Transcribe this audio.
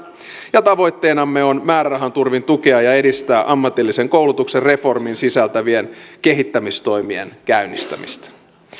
ja tavoitteenamme on määrärahan turvin tukea ja edistää ammatillisen koulutuksen reformin sisältämien kehittämistoimien käynnistämistä